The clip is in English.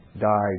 died